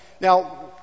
Now